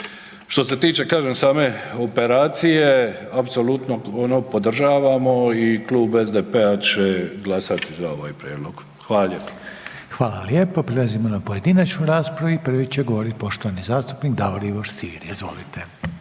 Što se tiče kažem same operacije apsolutno ono podržavamo i Klub SDP-a će glasat za ovaj prijedlog. Hvala lijepo. **Reiner, Željko (HDZ)** Hvala lijepo. Prelazimo na pojedinačnu raspravu i prvi će govorit poštovani zastupnik Davor Ivo Stier, izvolite.